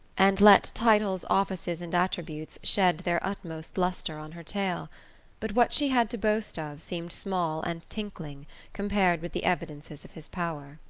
and let titles, offices and attributes shed their utmost lustre on her tale but what she had to boast of seemed small and tinkling compared with the evidences of his power.